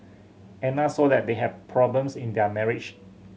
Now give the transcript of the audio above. Anna saw that they had problems in their marriage